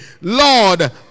Lord